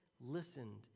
listened